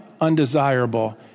undesirable